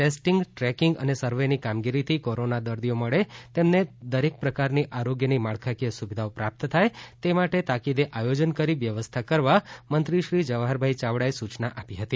testing tracking અને સર્વેની કામગીરીથી કોરોના દર્દીઓ મળે તેમને દરેક પ્રકારની આરોગ્યની માળખાકીય સુવિધાઓ પ્રાપ્ત થાય તે માટે તાકીદે આયોજન કરી વ્યવસ્થા કરવા મંત્રીશ્રી જવાહરભાઇ યાવડાએ સુચના આપી હતી